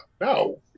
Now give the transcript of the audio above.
No